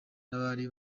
nabari